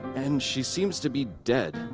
and she seems to be, dead